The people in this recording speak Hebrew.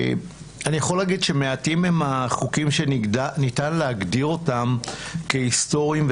אני יכול להגיד שמעטים הם החוקים שניתן להגדיר אותם כהיסטוריים,